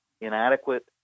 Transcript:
inadequate